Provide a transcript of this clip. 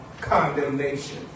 condemnation